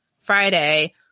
Friday